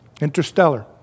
Interstellar